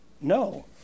no